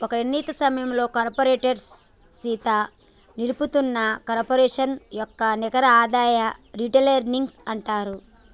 ఒక నిర్ణీత సమయంలో కార్పోరేషన్ సీత నిలుపుతున్న కార్పొరేషన్ యొక్క నికర ఆదాయం రిటైర్డ్ ఎర్నింగ్స్ అంటారు